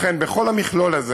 לכן, בכל המכלול הזה